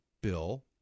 Bill